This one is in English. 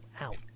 out